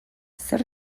zer